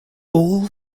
all